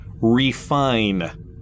refine